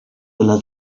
della